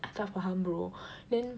I tak faham bro then